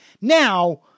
Now